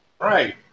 right